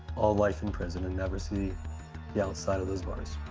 all life in prison and never see the outside of those bars.